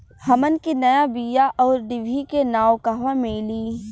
हमन के नया बीया आउरडिभी के नाव कहवा मीली?